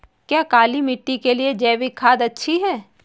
क्या काली मिट्टी के लिए जैविक खाद अच्छी है?